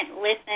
listen